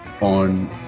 on